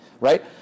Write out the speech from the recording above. right